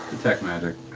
detect magic.